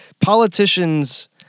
politicians